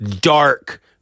dark